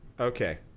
Okay